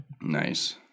Nice